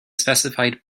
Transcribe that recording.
specified